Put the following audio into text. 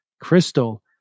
crystal